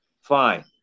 fine